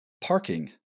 parking